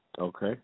Okay